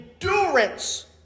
endurance